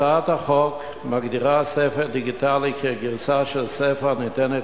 הצעת החוק מגדירה ספר דיגיטלי כגרסה של ספר הניתנת